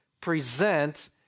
present